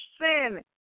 sin